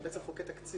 מי שבחוץ לארץ,